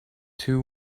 two